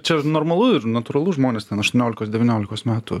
čia normalu ir natūralu žmonės ten aštuoniolikos devyniolikos metų